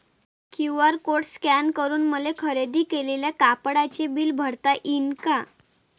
QR code scan करून मले खरेदी केलेल्या कापडाचे बिल भरता यीन का?